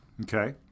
Okay